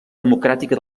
democràtica